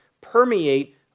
permeate